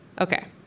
Okay